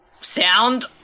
Sound